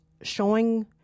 showing